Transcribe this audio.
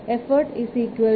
Effort 2